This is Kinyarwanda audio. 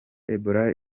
ebola